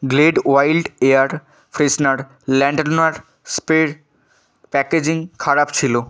Glade wild air freshener lavender স্প্রের packaging খারাপ ছিল